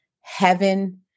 heaven